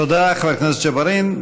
תודה, חבר הכנסת ג'בארין.